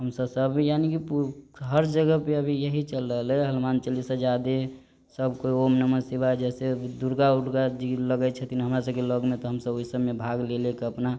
हमसब सब यानी की पू हर जगह पे अभी यही चल रहल अइ हनुमान जी चलीसा जादे सबकोइ ओम नमः शिवाय जइसे दुर्गा ऊर्गा जी लगै छथिन हमरासबके लग मे त हमसब ओइसबमे भाग ले ले कऽ अपना